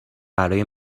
برای